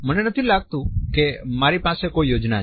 મને નથી લાગતું કે મારી પાસે કોઈ યોજના છે